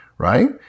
right